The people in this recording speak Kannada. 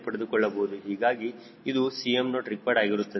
ಹೀಗಾಗಿ ಇದು 𝐶moreqd ಆಗಿರುತ್ತದೆ